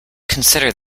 consider